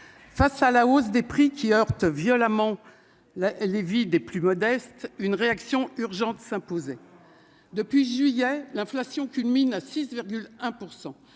face à la hausse des prix qui frappe durement les Français les plus modestes, une réaction urgente s'imposait. Depuis juillet, l'inflation culmine à 6,1